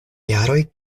jaroj